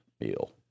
meal